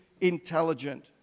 intelligent